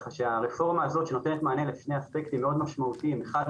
כשהרפורמה הזאת באמת נותנת מענה ויתרון משמעותי מבחינת